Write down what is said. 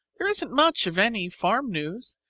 there isn't much of any farm news.